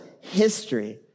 history